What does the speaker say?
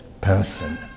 person